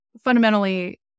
fundamentally